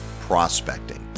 prospecting